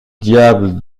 diable